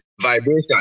vibration